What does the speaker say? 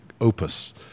opus